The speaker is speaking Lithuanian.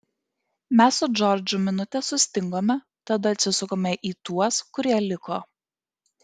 mes su džordžu minutę sustingome tada atsisukome į tuos kurie liko